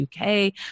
UK